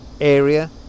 Area